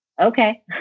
okay